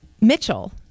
Mitchell